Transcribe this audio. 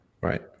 Right